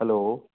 hello